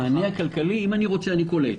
המענה הכלכלי אם אני רוצה אני קולט,